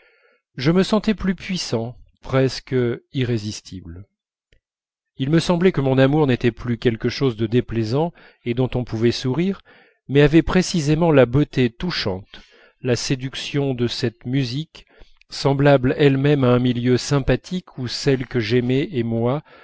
je me sentais plus puissant presque irrésistible il me semblait que mon amour n'était plus quelque chose de déplaisant et dont on pouvait sourire mais avait précisément la beauté touchante la séduction de cette musique semblable elle-même à un milieu sympathique où celle que j'aimais et moi